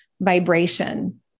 vibration